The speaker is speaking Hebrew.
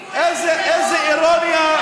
איזו אירוניה,